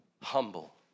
humble